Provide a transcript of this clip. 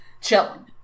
chilling